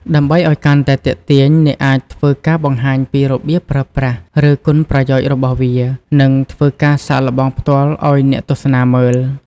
ដើម្បីឲ្យកាន់តែទាក់ទាញអ្នកអាចធ្វើការបង្ហាញពីរបៀបប្រើប្រាស់ ឬគុណប្រយោជន៍របស់វា និងធ្វើការសាកល្បងផ្ទាល់ឲ្យអ្នកទស្សនាមើល។